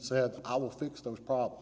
said i will fix those problems